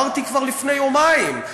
אמרתי כבר לפני יומיים,